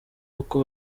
uko